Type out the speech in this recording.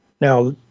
Now